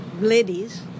ladies